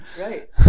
Right